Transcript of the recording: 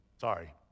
Sorry